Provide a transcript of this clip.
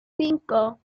cinco